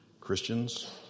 Christians